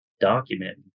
document